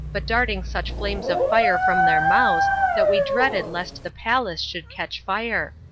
but darting such flames of fire from their mouths that we dreaded lest the palace should catch fire.